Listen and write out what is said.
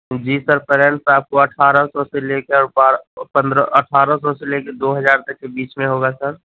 جی sir Prince آپ کو اٹھارہ سو سے لے کر بارہ پندرہ اٹھارہ سو سے لے کر دو ہزار تک کے بیچ میں ہو گا سر